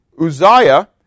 Uzziah